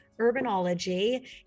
Urbanology